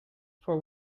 for